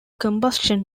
combustion